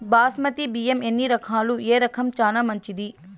బాస్మతి బియ్యం ఎన్ని రకాలు, ఏ రకం చానా మంచిది?